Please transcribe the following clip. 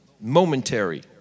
momentary